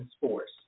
Force